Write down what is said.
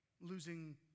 losing